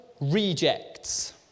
rejects